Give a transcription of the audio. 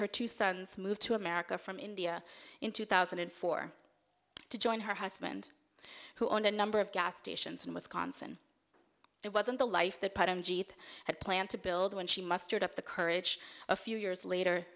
her two sons moved to america from india in two thousand and four to join her husband who owned a number of gas stations in wisconsin it wasn't the life that had planned to build when she mustered up the courage a few years later